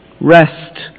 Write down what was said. Rest